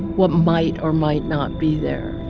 what might or might not be there.